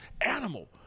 animal